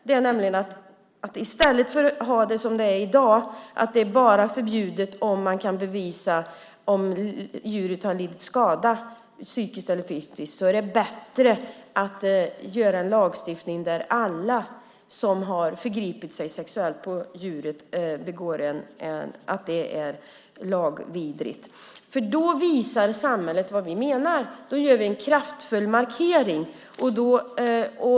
I stället för att ha det som i dag, nämligen att det är förbjudet bara om det går att bevisa att djuret har lidit fysisk eller psykisk skada, är det bättre att införa en lagstiftning där alla som har förgripit sig sexuellt på ett djur har gjort något lagvidrigt. Då visar vi från samhällets sida vad vi menar. Då gör vi en kraftfull markering.